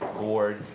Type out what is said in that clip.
board